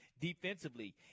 defensively